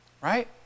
Right